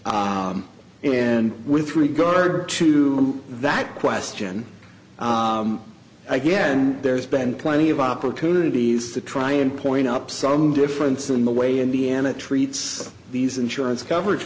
what and with regard to that question again there's been plenty of opportunities to try and point up some difference in the way indiana treats these insurance coverage